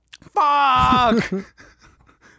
Fuck